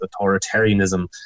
authoritarianism